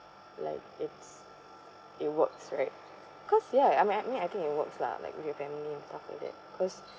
like it's it works right cause ya I mean I mean I think it works lah like with your family and stuff like that cause